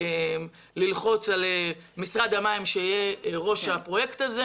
צריך ללחוץ על משרד המים שיהיה ראש הפרויקט.